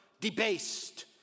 debased